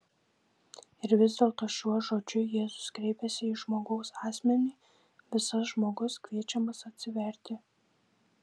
ir vis dėlto šiuo žodžiu jėzus kreipiasi į žmogaus asmenį visas žmogus kviečiamas atsiverti